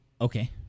Okay